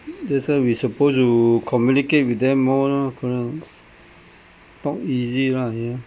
that's why we supposed to communicate with them more lor correct or not talk easy lah yeah